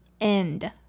end